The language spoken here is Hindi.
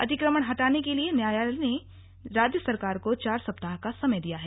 अतिक्रमण हटाने के लिए न्यायालय ने राज्य सरकार को चार सप्ताह का समय दिया है